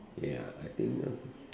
ya I think uh